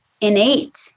innate